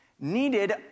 needed